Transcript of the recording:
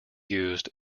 used